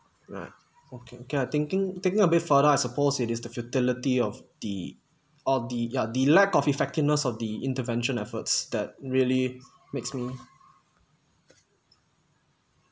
right okay ~ kay lah thinking thinking a bit farther I suppose it is the futility of the or the ya the lack of effectiveness of the intervention efforts that really makes me